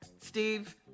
Steve